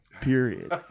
period